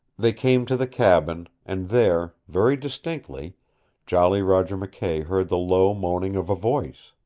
they came to the cabin, and there very distinctly jolly roger mckay heard the low moaning of a voice.